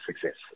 success